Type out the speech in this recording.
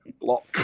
block